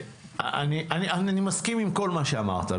אני מסכים עם כל מה שאמרת,